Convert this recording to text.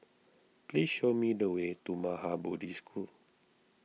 please show me the way to Maha Bodhi School